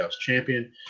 champion